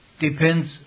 depends